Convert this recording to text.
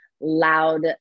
loud